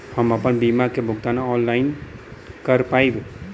हम आपन बीमा क भुगतान ऑनलाइन कर पाईब?